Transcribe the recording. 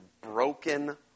broken